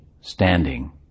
standing